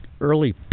early